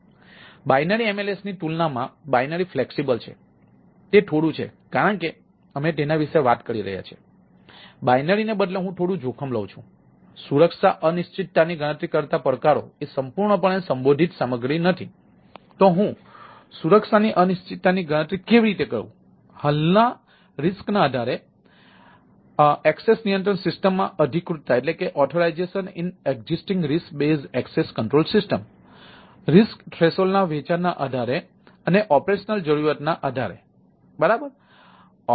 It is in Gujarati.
બાઇનરી MLS ની તુલનામાં બાઇનરી ફ્લેક્સિબલ અને ઓપરેશનલ જરૂરિયાતોના આધારે બરાબર